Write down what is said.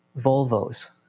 Volvos